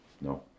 No